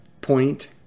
point